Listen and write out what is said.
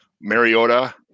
Mariota